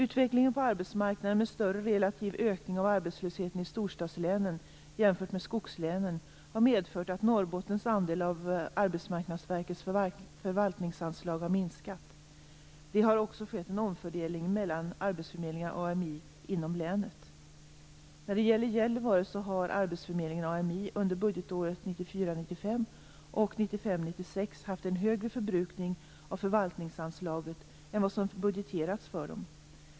Utvecklingen på arbetsmarknaden med större relativ ökning av arbetslösheten i storstadslänen jämfört med skogslänen har medfört att Norrbottens andel av Arbetsmarknadsverkets förvaltningsanslag har minskat. Det har också skett en omfördelning mellan arbetsförmedlingar AMI under budgetåren 1994 96 haft en högre förbrukning av förvaltingsanslaget än vad som budgeterats för dem.